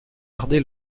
gardé